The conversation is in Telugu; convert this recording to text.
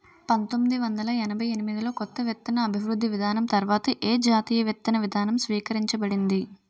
పంతోమ్మిది వందల ఎనభై ఎనిమిది లో కొత్త విత్తన అభివృద్ధి విధానం తర్వాత ఏ జాతీయ విత్తన విధానం స్వీకరించబడింది?